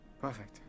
Perfect